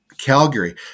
Calgary